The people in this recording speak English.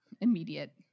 immediate